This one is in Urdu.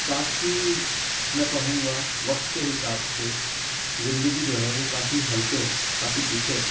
کافی میں کہوں گا وقت کے حساب سے زندگی جو ہے وہ کافی ہلکے ہے کافی پیچھے ہے